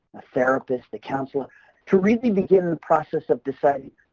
a therapist, the counselor to really begin the process of deciding,